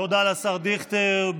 תודה לשר דיכטר.